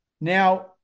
Now